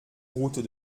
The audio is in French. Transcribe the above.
route